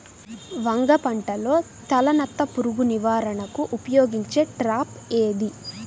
వంగ పంటలో తలనత్త పురుగు నివారణకు ఉపయోగించే ట్రాప్ ఏది?